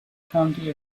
county